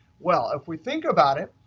well if we think about it,